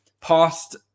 past